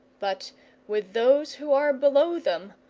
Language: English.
but with those who are below them,